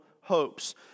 hopes